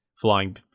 flying